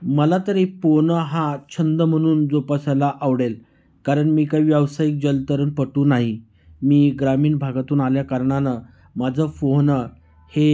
मला तरी पोहणं हा छंद म्हणून जोपासायला आवडेल कारण मी काही व्यावसायिक जलतरणपटू नाही मी ग्रामीण भागातून आल्याकारणानं माझं पोहणं हे